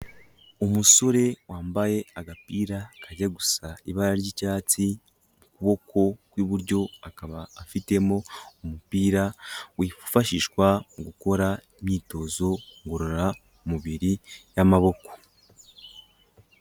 Umusore wambaye agapira kajya gusa ibara ry'icyatsi, mu kuboko kw'iburyo akaba afitemo umupira wifashishwa mu gukora imyitozo ngororamubiri y'amaboko.